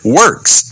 works